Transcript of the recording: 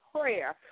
prayer